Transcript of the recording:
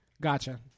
Gotcha